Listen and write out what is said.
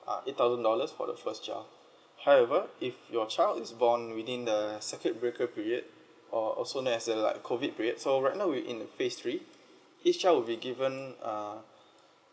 ah eight thousand dollars for the first child however if your child is born within the circuit breaker period or also known as in like COVID period so right now we're in a phase three each child will be given uh